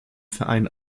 verein